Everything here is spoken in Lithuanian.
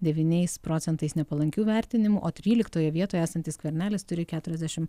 devyniais procentais nepalankių vertinimų o tryliktoje vietoje esantis skvernelis turi keturiasdešim